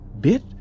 bit